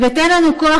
/ ותן לנו כוח,